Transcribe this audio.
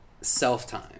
self-time